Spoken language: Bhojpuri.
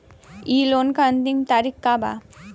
इ लोन के अन्तिम तारीख का बा?